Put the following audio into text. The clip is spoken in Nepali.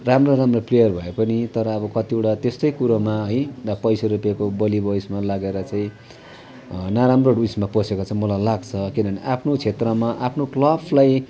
राम्रो राम्रो प्लेयर भए पनि तर अब कतिवटा त्यस्तै कुरोमा है अन्त पैसा रुपियाँको बलबयसमा लागेर चाहिँ नराम्रो उसमा पसेको चाहिँ मलाई लाग्छ किनभने आफ्नो क्षेत्रमा आफ्नो क्लबलाई